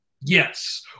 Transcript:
Yes